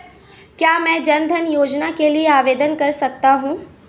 क्या मैं जन धन योजना के लिए आवेदन कर सकता हूँ?